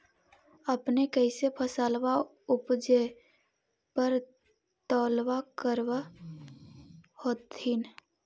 अपने कैसे फसलबा उपजे पर तौलबा करबा होत्थिन?